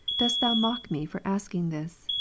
dost thou mock me for asking this,